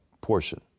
portion